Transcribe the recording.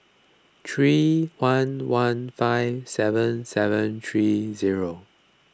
three one one five seven seven three zero